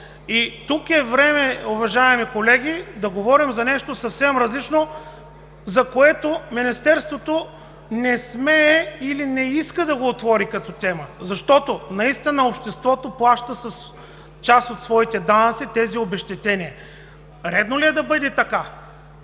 Тук е време, уважаеми колеги, да говорим за нещо съвсем различно, за което Министерството не смее или не иска да го отвори като тема, защото наистина обществото плаща с част от своите данъци тези обезщетения. Редно ли е да бъде така?